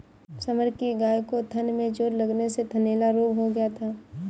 summer की गाय को थन में चोट लगने से थनैला रोग हो गया था